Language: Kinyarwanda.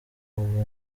ubu